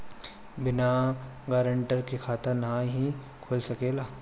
बिना गारंटर के खाता नाहीं खुल सकेला?